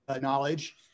knowledge